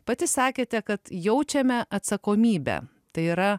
pati sakėte kad jaučiame atsakomybę tai yra